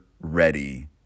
ready